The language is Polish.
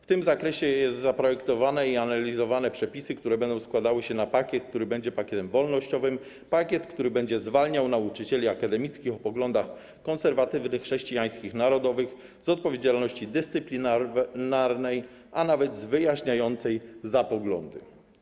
W tym zakresie są zaprojektowane i analizowane przepisy, które będą się składały na pakiet, który będzie pakietem wolnościowym, pakiet, który będzie zwalniał nauczycieli akademickich o poglądach konserwatywnych, chrześcijańskich, narodowych z odpowiedzialności dyscyplinarnej, a nawet z wyjaśniającej za poglądy.